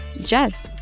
Jess